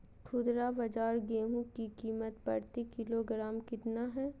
खुदरा बाजार गेंहू की कीमत प्रति किलोग्राम कितना है?